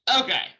Okay